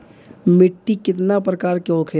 मिट्टी कितना प्रकार के होखेला?